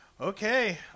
Okay